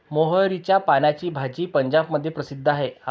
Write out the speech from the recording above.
मोहरीच्या पानाची भाजी पंजाबमध्ये प्रसिद्ध आहे